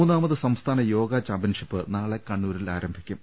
മുന്നാമത് സംസ്ഥാന യോഗ ചാംപ്യൻഷിപ്പ് നാളെ കണ്ണൂരിൽ ആരംഭിക്കും